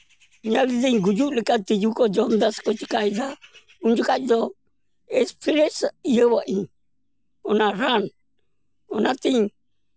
ᱧᱮᱞ ᱫᱟᱹᱧ ᱜᱩᱡᱩᱜ ᱞᱮᱟ ᱛᱤᱸᱡᱩ ᱠᱚ ᱡᱚᱢᱫᱟ ᱥᱮ ᱪᱤᱠᱟᱭᱫᱟ ᱩᱱ ᱡᱚᱠᱷᱚᱡ ᱫᱚ ᱮᱥᱯᱨᱮ ᱤᱭᱟᱹ ᱟᱜ ᱟᱹᱧ ᱚᱱᱟ ᱨᱟᱱ ᱚᱱᱟᱛᱤᱧ